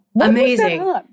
amazing